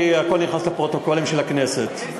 כי הכול נכנס לפרוטוקולים של הכנסת.